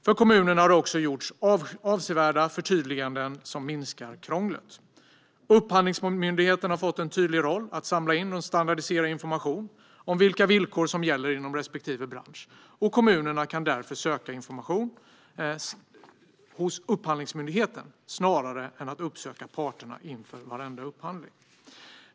För kommunerna har det också gjorts avsevärda förtydliganden som minskar krånglet. Upphandlingsmyndigheten har fått en tydlig roll att samla in och standardisera information om vilka villkor som gäller inom respektive bransch, och kommunerna kan därför söka information hos Upphandlingsmyndigheten snarare än att uppsöka parterna inför varenda upphandling.